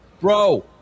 Bro